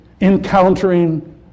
encountering